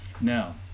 Now